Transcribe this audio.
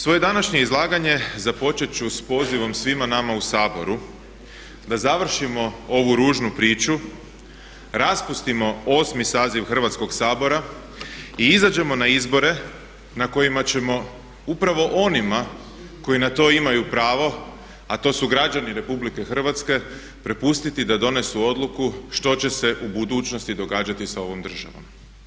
Svoje današnje izlaganje započeti ću s pozivom svima nama u Saboru da završimo ovu ružnu priču, raspustimo 8. saziv Hrvatskoga sabora i izađemo na izbore na kojima ćemo upravo onima koji na to imaju pravo a to su građani RH prepustiti da donesu odluku što će se u budućnosti događati sa ovom državom.